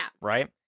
Right